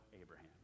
Abraham